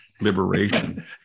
liberation